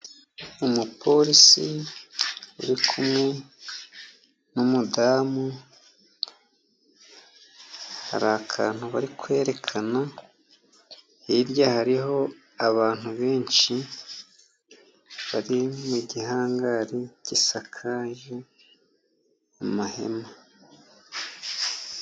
Umupolisi uri kumwe n'umudamu, hari akantu bari kwerekana, hirya hariho abantu benshi bari mu gihangari gisakaje amahema.